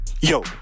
Yo